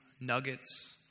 nuggets